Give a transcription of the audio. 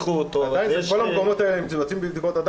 בכל המקומות האלה מבצעים בדיקות.